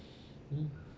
mm